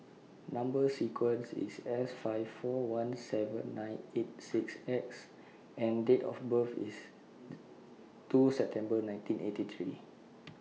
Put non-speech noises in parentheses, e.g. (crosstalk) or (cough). Number sequence IS S five four one seven nine eight six X and Date of birth IS (noise) two September nineteen eighty three